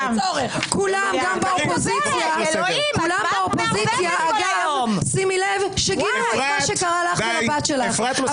שימי לב שבאופוזיציה גינו מה שקרה לך ולבת שלך.